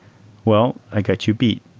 well, i got you beat.